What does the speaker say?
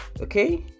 Okay